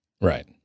right